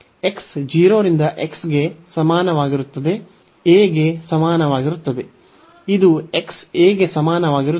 x 0 ರಿಂದ x ಗೆ ಸಮಾನವಾಗಿರುತ್ತದೆ a ಗೆ ಸಮಾನವಾಗಿರುತ್ತದೆ ಇದು x a ಗೆ ಸಮಾನವಾಗಿರುತ್ತದೆ